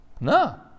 No